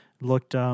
looked